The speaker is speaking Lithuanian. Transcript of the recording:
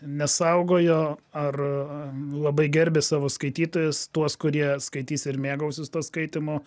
nesaugojo ar labai gerbė savo skaitytojus tuos kurie skaitys ir mėgausis tuo skaitymu